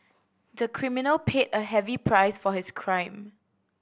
the criminal paid a heavy price for his crime